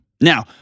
Now